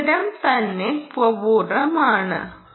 ഉത്തരം തന്നെ അപൂർണ്ണമാണെന്ന് കാണുക